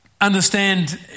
understand